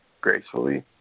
gracefully